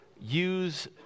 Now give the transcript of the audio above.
use